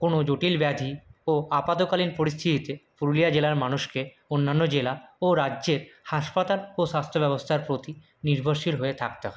কোনো জটিল ব্যাধি ও আপৎকালীন পরিস্থিতিতে পুরুলিয়া জেলার মানুষকে অন্যান্য জেলা ও রাজ্যের হাসপাতাল ও স্বাস্থ্য ব্যবস্থার প্রতি নির্ভরশীল হয়ে থাকতে হয়